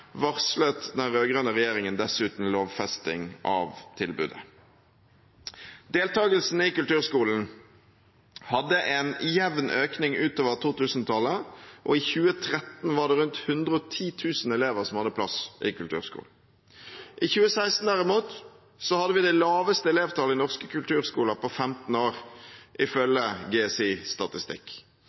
varslet den rød-grønne regjeringen dessuten lovfesting av tilbudet. Deltakelsen i kulturskolen hadde en jevn økning utover 2000-tallet, og i 2013 var det rundt 110 000 elever som hadde plass i kulturskolen. I 2016 derimot hadde vi det laveste elevtallet i norske kulturskoler på 15 år, ifølge